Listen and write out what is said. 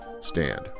stand